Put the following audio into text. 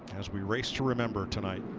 as we raced to remember tonight.